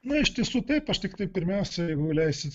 na iš tiesų taip aš tiktai pirmiausia jeigu leisit